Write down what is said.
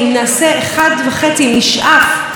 אני יודעת שזה נשמע מספרים ולא ברור